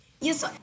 Yes